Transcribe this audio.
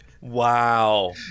Wow